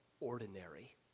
ordinary